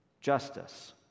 justice